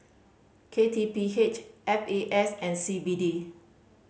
K T P H F A S and C B D